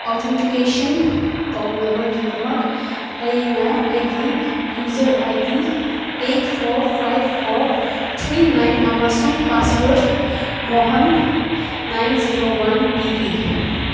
authentication ꯇꯧꯅꯕꯒꯤꯗꯃꯛ ꯑꯩꯅ ꯑꯩꯒꯤ user I D eight four five four three nine ꯑꯃꯁꯨꯡ password Mohan nine zero one ꯄꯤꯔꯤ